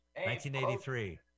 1983